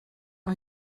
are